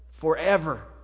forever